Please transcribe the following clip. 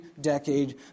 decade